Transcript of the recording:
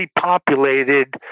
populated